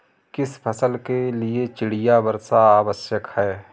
किस फसल के लिए चिड़िया वर्षा आवश्यक है?